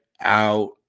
out –